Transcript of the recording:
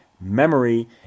memory